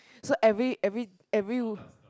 so every every every